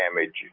damage